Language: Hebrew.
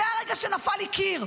זה הרגע שנפל לי קיר,